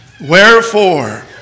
Wherefore